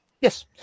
Yes